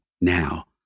now